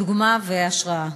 דוגמה והשראה.